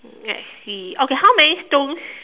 let's see okay how many stones